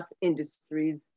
industries